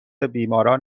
بیماران